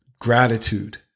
gratitude